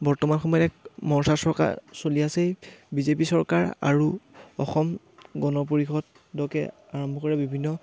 বৰ্তমান সময়ত এক মৰ্চা চৰকাৰ চলি আছেই বিজেপি চৰকাৰ আৰু অসম গণ পৰিষদকে আৰম্ভ কৰি বিভিন্ন